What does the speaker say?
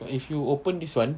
but if you open this [one]